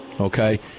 Okay